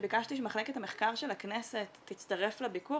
כשביקשתי שמחלקת המחקר של הכנסת תצטרף לביקור,